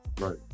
Right